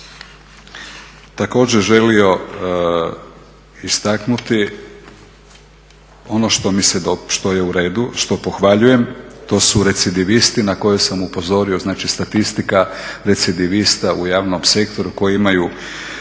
također želio istaknuti ono što je uredu, što pohvaljujem to su recidivisti na koje sam upozorio znači statistika recidivista u javnom sektoru na koju